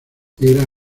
era